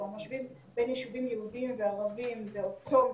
זאת אומרת משווים בין יישובים יהודיים וערביים באותו